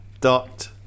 Dot